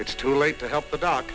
it's too late to help the do